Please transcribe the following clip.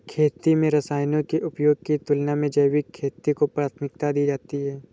खेती में रसायनों के उपयोग की तुलना में जैविक खेती को प्राथमिकता दी जाती है